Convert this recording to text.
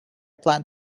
plan